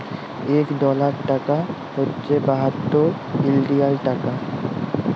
ইক ডলার টাকা হছে বাহাত্তর ইলডিয়াল টাকা